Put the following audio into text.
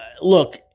look